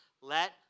let